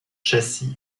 châssis